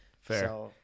Fair